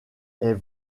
est